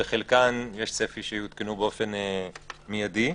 וחלקן יש צפי שיותקנו באופן מיידי,